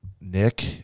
Nick